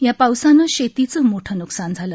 या पावसानं शेतीचं मोठं नुकसान झालं